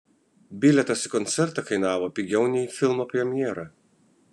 bilietas į koncertą kainavo pigiau nei į filmo premjerą